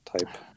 type